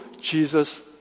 Jesus